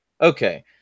Okay